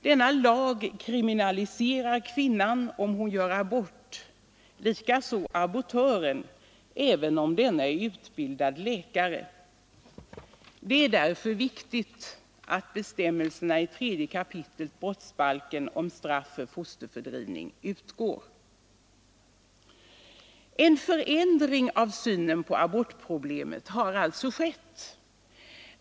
Denna lag kriminaliserar kvinnan, om hon gör abort, likaså abortören, även om denna är utbildad läkare. Det är därför viktigt att bestämmelserna i 3 kap. brottsbalken om En förändring av synen på abortproblemet har alltså skett.